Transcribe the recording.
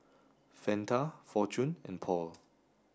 Fanta Fortune and Paul